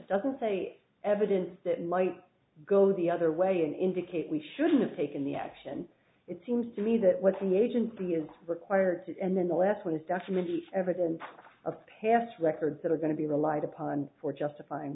doesn't say evidence that might go the other way in indicate we shouldn't have taken the action it seems to me that what the agency is required to do and then the last one is definite evidence of past records that are going to be relied upon for justifying